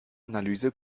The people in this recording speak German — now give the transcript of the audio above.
analyse